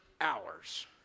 hours